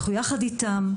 יחד איתם,